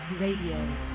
Radio